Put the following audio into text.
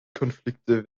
konflikte